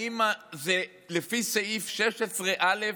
אם זה לפי סעיף 16א,